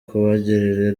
kubagirira